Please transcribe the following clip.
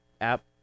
app